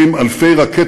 בהחלט.